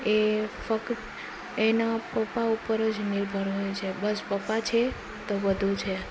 એ ફકત એ એના પપ્પા ઉપર જ નિર્ભર હોય છે બસ પપ્પા છે તો બધું છે